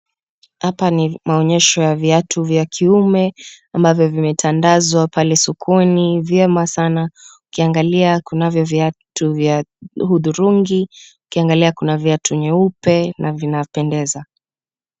Hapa ni maonyesho ya viatu vya kiume ambavyo vimetandazwa pale sokoni vyema sana . Ukiangalia kuna viatu vya udhurungi ukiangalia kuna viatu nyeupe na vinapendeza.